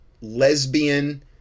lesbian